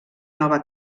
nova